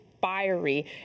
fiery